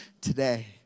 today